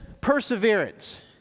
perseverance